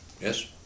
yes